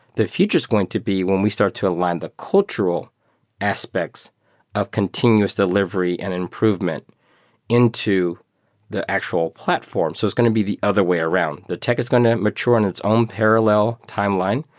the future is going to be when we start to align the cultural aspects of continuous delivery and improvement into the actual platforms. so it's going to be the other way around. the tech is going to mature in its own parallel timeline,